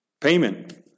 payment